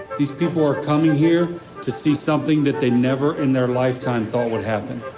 these people are coming here to see something that they never in their lifetime thought would happen.